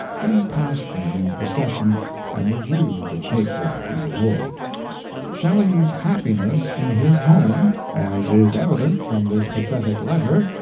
then pass them in procession and review the cake-walk as a whole shelley's happiness in his home, as is evident from this pathetic letter,